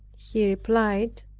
he replied,